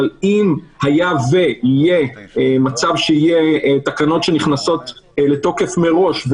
אבל אם יהיה מצב שיהיו תקנות שנכנסות לתוקף מראש,